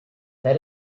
that